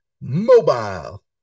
mobile